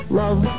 love